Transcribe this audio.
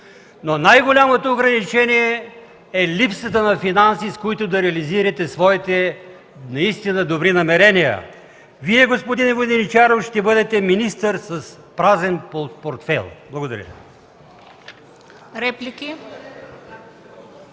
но най-голямото ограничение е липсата на финанси, с които да реализирате своите настина добри намерения. Вие, господин Воденичаров, ще бъдете министър с празен портфейл. Благодаря